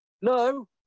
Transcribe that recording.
no